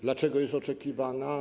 Dlaczego jest oczekiwana?